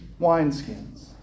wineskins